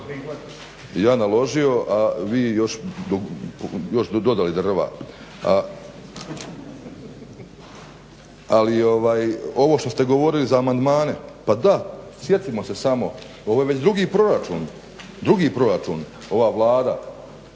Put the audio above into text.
Ja naložio, a vi još dodali drva. Ali ovo što ste govorili za amandmane, pa da. Sjetimo se samo, ovo je već drugi proračun, drugi proračun, ova Vlada,